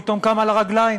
פתאום קם על הרגליים.